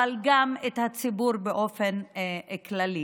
אבל גם את הציבור באופן כללי.